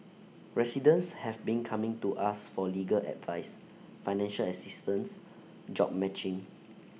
residents have been coming to us for legal advice financial assistance job matching